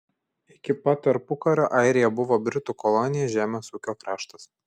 iki pat tarpukario airija buvo britų kolonija žemės ūkio kraštas